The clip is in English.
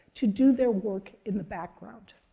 to do their work in the background.